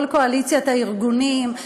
כל קואליציית הארגונים.